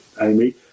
Amy